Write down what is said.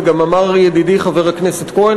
וגם אמר ידידי חבר הכנסת כהן,